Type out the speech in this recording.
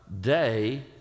day